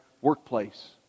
workplace